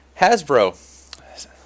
Hasbro